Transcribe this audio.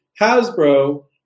Hasbro